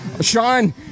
Sean